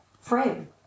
frame